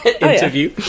interview